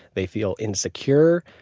they feel insecure.